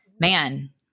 man